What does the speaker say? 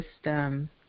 system